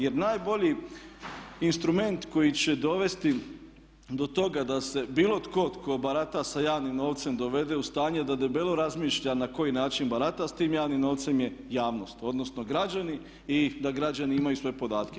Jer najbolji instrument koji će dovesti do toga da se bilo tko tko barata sa javnim novcem dovede u stanje da debelo razmišlja na koji način barata s tim javnim novcem je javnost odnosno građani i da građani imaju sve podatke.